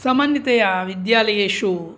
सामान्यतया विद्यालयेषु